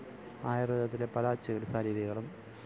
ആയുര്വേദത്തിലെ പല ചികിത്സാരീതികളും